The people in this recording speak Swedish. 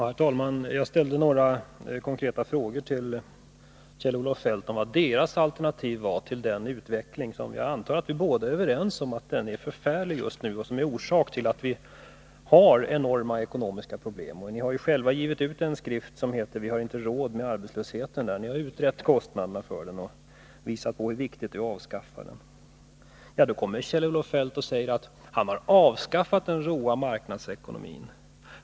Herr talman! Jag ställde några konkreta frågor till Kjell-Olof Feldt om vad socialdemokraternas alternativ är till en utveckling som — det antar jag att vi är överens om -— är förfärlig och som är orsak till att vi har enorma ekonomiska problem. Ni har ju själva givit ut en skrift som heter Vi har inte råd med arbetslösheten, där ni har utrett kostnaderna för den och visat på hur viktigt det är att avskaffa den. Då säger Kjell-Olof Feldt att han har avskaffat den råa marknadsekonomin.